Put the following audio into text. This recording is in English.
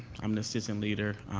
i'm the assistant leader,